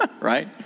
right